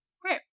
Great